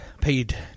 paid